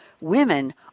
Women